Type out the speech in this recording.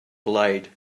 blade